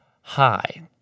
Hi